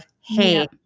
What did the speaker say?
hey